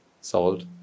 salt